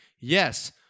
Yes